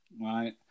right